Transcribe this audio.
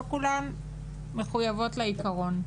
לא כולן מחויבות לעיקרון.